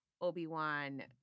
Obi-Wan